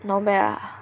not bad lah